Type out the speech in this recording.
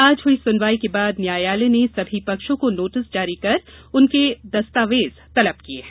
आज हुई सुनवाई के बाद न्यायालय ने सभी पक्षों को नोटिस जारी कर उनसे दस्तावेज तलब किये हैं